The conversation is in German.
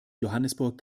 johannesburg